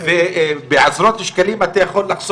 טייבה, טירה.